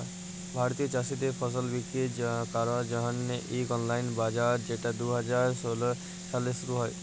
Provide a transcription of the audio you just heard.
ভারতে চাষীদের ফসল বিক্কিরি ক্যরার জ্যনহে ইক অললাইল বাজার যেট দু হাজার ষোল সালে শুরু হ্যয়